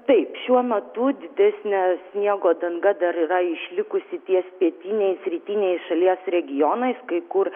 taip šiuo metu didesnė sniego danga dar yra išlikusi ties pietiniais rytiniais šalies regionais kai kur